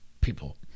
People